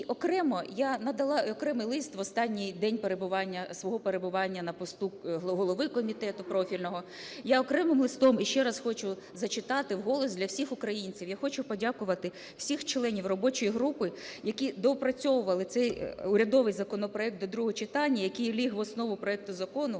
я надала, окремий лист, в останній день перебування, свого перебування на посту голови комітету профільного. Я окремим листом, і ще раз хочу зачитати вголос, для всіх українців. Я хочу подякувати всіх членів робочої групи, які доопрацьовували цей урядовий законопроект до другого читання, який ліг в основу проекту закону,